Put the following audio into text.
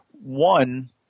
One